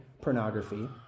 pornography